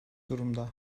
durumda